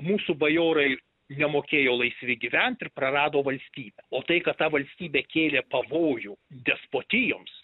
mūsų bajorai nemokėjo laisvi gyvent ir prarado valstybę o tai kad ta valstybė kėlė pavojų despotijoms